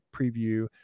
preview